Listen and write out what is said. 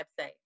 website